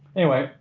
anyway,